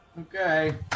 Okay